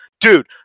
dude